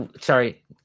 Sorry